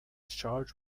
charged